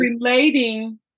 relating